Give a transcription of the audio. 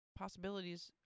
Possibilities